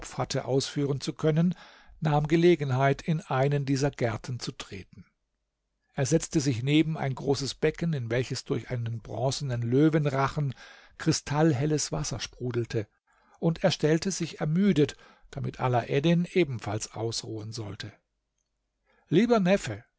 hatte ausführen zu können nahm gelegenheit in einen dieser gärten zu treten er setzte sich neben ein großes becken in welches durch einen bronzenen löwenrachen kristallhelles wasser sprudelte und er stellte sich ermüdet damit alaeddin ebenfalls ausruhen sollte lieber neffe